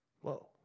Whoa